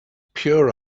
pure